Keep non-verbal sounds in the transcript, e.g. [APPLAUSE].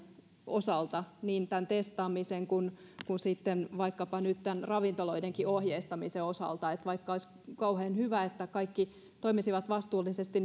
osalta niin tämän testaamisen kuin sitten vaikkapa nyt tämän ravintoloidenkin ohjeistamisen osalta että vaikka olisi kauhean hyvä että kaikki toimisivat vastuullisesti [UNINTELLIGIBLE]